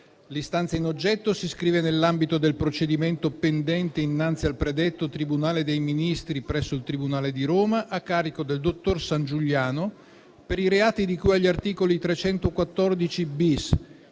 L'istanza in oggetto si iscrive nell'ambito del procedimento pendente innanzi al predetto Tribunale dei Ministri presso il Tribunale di Roma a carico del dottor Sangiuliano per i reati di cui agli articoli 314-*bis*